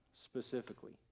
specifically